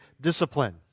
discipline